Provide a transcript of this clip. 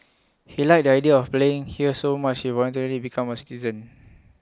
he liked the idea of playing here so much he voluntarily became A citizen